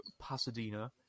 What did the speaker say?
Pasadena